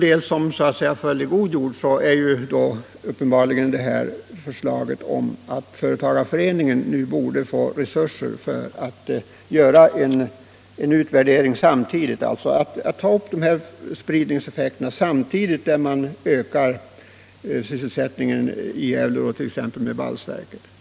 Till det som så att säga föll i god jord hör uppenbarligen förslaget om att företagarföreningen nu borde få resurser för att göra en samtidig utvärdering av spridningseffekterna där man ökar sysselsättningen, t.ex. med valsverket i Gävle.